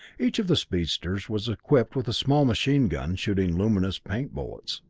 each of the speedsters was equipped with a small machine-gun shooting luminous paint bullets.